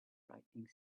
frightening